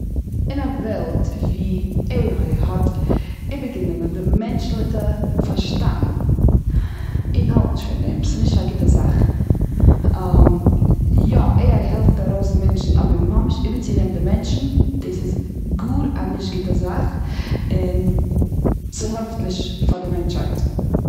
און א וועלט ווי עי איי האט איבערגענומען די מענטשליכע פארשטאנד. איך האלט נישט פון דעם. ס'איז נישט א גוטע זאך. יא, עי איי העלפט ארויס מענטשן. אבער ממש איבערצונעמען די מענטשן. דאס איז גאר נישט א גוטע זאך. און דאס העלפט נישט פאר די מענטשהייט.